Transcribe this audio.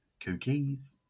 Cookies